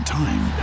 time